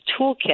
toolkit